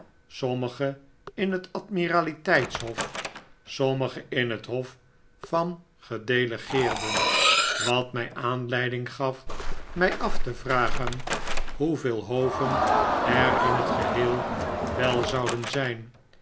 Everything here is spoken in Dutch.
sommige in het admiraliteits hof sommige in het hof van gedelegeerden wat mij aanleiding gaf mij af te vragen hoeveel hoven er in het geheel wel zouden zijn